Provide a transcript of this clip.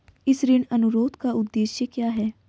इस ऋण अनुरोध का उद्देश्य क्या है?